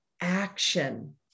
action